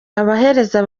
abahereza